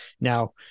Now